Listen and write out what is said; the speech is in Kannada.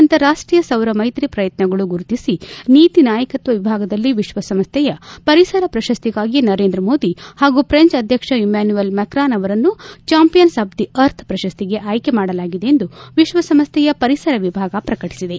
ಅಂತಾರಾಷ್ಟೀಯ ಸೌರ ಮೈತ್ರಿ ಪ್ರಯತ್ನಗಳು ಗುರುತಿಸಿ ನೀತಿ ನಾಯಕತ್ವ ವಿಭಾಗದಲ್ಲಿ ವಿಶ್ವಸಂಸ್ಥೆಯ ಪರಿಸರ ಪ್ರಶಸ್ತಿಗಾಗಿ ನರೇಂದ್ರ ಮೋದಿ ಹಾಗೂ ಫ್ರೆಂಚ್ ಅಧ್ವಕ್ಷ ಇಮ್ಯಾನ್ಕುಯಲ್ ಮಕ್ರಾನ್ ಅವರನ್ನು ಚಾಂಪಿಯನ್ಸ್ ಆಫ್ ದಿ ಅರ್ತ್ ಪ್ರಶಸ್ತಿಗೆ ಆಯ್ಕೆ ಮಾಡಲಾಗಿದೆ ಎಂದು ವಿಶ್ವಸಂಸ್ಥೆಯ ಪರಿಸರ ವಿಭಾಗ ಪ್ರಕಟಿಸಿದೆ